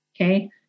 Okay